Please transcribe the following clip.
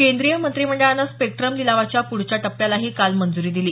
केंद्रीय मंत्रिमंडळानं स्पेक्ट्म लिलावाच्या पुढच्या टप्प्यालाही काल मंजूरी दिली